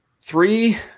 three